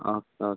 okay okay